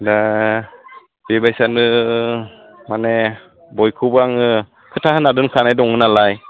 दा बेबायसानो माने बयखौबो आङो खोथा होना दोनखानाय दंङ नालाय